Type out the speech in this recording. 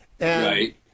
Right